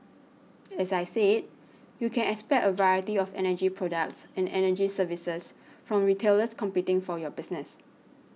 as I said you can expect a variety of energy products and energy services from retailers competing for your business